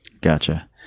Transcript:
Gotcha